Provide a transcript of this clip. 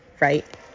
right